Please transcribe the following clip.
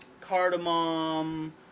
cardamom